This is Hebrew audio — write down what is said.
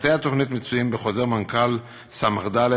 פרטי התוכנית מצויים בחוזר מנכ"ל תשס"ד/5,